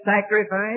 sacrifice